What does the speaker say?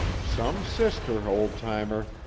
some sister, ol'-timer!